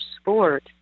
sport